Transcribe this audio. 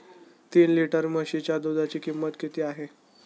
तीन लिटर म्हशीच्या दुधाची किंमत किती आहे?